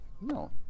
No